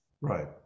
Right